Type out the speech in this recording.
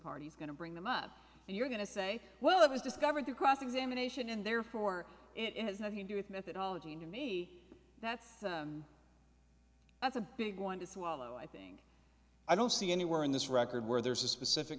party is going to bring them up and you're going to say well it was discovered the cross examination and therefore it has nothing to do with methodology and to me that's that's a big one to swallow i think i don't see anywhere in this record where there's a specific